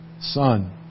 son